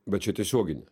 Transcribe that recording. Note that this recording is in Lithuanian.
bet čia tiesioginį